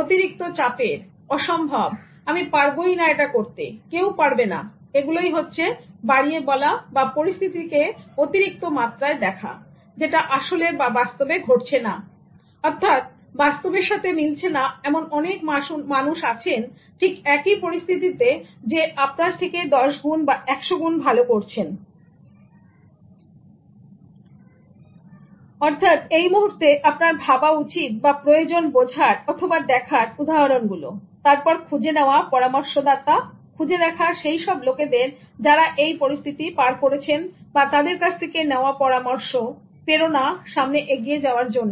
অতিরিক্ত চাপের অসম্ভব আমি পারিনা এটা করতে কেউ পারবে না এগুলোই বাড়িয়ে বলা বা পরিস্থিতিকে অতিরিক্ত মাত্রায় দেখা যেটা আসলে বা বাস্তবে ঘটছে না অর্থাৎ বাস্তবের সাথে মিলছে না এমন অনেক মানুষ আছেন ঠিক একই পরিস্থিতিতে যে আপনার থেকে 10 গুণ বা 100 গুন ভালো করছেন অর্থাৎ এই মুহূর্তে আপনার ভাবা উচিত বা প্রয়োজন বোঝার অথবা দেখার উদাহরণগুলো তারপর খুঁজে নেওয়া পরামর্শদাতা খুঁজে দেখা সেই সব লোকদের যারা এই পরিস্থিতি পার করেছেন এবং তাদের কাছ থেকে নেওয়া পরামর্শ প্রেরণা সামনে এগিয়ে যাওয়ার জন্য